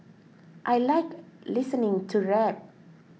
I like listening to rap